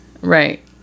Right